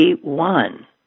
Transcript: one